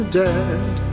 dead